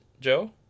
Joe